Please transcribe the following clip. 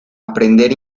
aprender